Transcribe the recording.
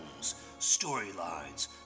storylines